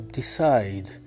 decide